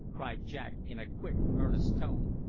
cried jack in a quick, earnest tone.